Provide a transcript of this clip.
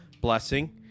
blessing